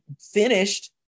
finished